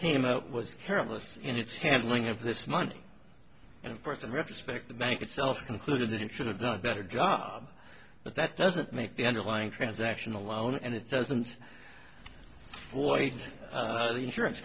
him it was careless in its handling of this money and of course in retrospect the bank itself concluded that it should have done a better job but that doesn't make the underlying transaction a loan and it doesn't void the insurance